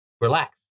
relax